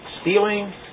Stealing